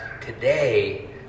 today